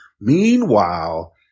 Meanwhile